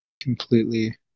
completely